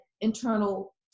internal